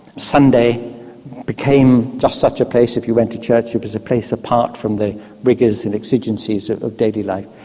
sunday became just such a place, if you went to church it was a place apart from the rigors and exigencies of of daily life,